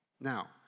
now